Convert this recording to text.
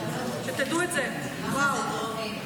תדעו את זה, וואו.